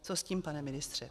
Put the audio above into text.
Co s tím, pane ministře?